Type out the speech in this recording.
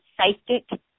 Psychic